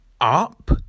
up